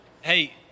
Hey